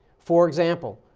for example,